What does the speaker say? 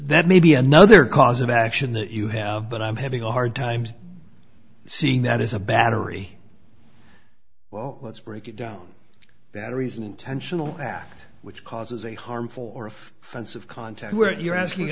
that may be another cause of action that you have but i'm having a hard time seeing that as a battery well let's break it down that reason intentional act which causes a harmful or if fence of contact where you're asking